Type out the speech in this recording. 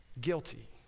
Guilty